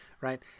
right